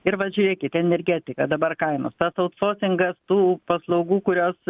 ir vat žiūrėkit energetika dabar kainos tas autsorsingas tų paslaugų kurios